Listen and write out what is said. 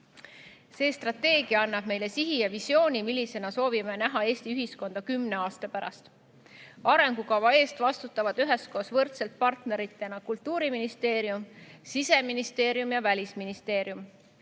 See strateegia annab meile sihi ja visiooni, millisena soovime näha Eesti ühiskonda kümne aasta pärast. Arengukava eest vastutavad üheskoos võrdsete partneritena Kultuuriministeerium, Siseministeerium ja Välisministeerium.